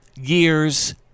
years